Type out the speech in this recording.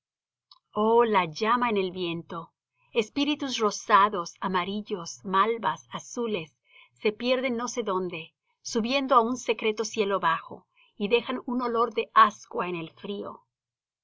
llama en el viento espíritus rosados amarillos malvas azules se pierden no sé donde subiendo á un secreto cielo bajo y dejan un olor de ascua en el frió